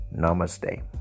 namaste